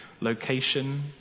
location